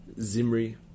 Zimri